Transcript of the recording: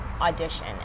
audition